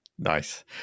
Nice